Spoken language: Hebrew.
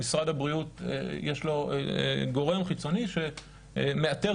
למשרד הבריאות יש גורם חיצוני שמאתר